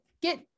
get